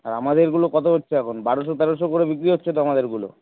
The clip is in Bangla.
আর আমাদেরগুলো কত হচ্ছে এখন বারোশো তেরোশো করে বিক্রি হচ্ছে তো আমাদেরগুলো